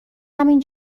همین